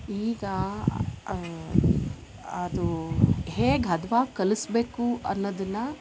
ಈಗ ಅದು ಹೇಗೆ ಹದ್ವಾಗಿ ಕಲ್ಸ್ಬೇಕು ಅನ್ನೋದನ್ನ